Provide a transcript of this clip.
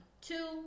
Two